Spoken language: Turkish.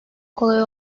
kolay